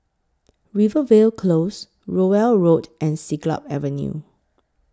Rivervale Close Rowell Road and Siglap Avenue